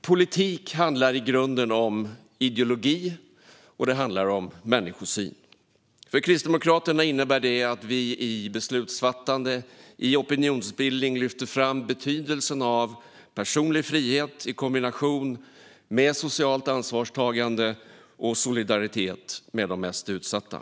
Politik handlar i grunden om ideologi och människosyn. För Kristdemokraterna innebär detta att vi i samband med beslutsfattande och opinionsbildning lyfter fram betydelsen av personlig frihet i kombination med socialt ansvarstagande och solidaritet med de mest utsatta.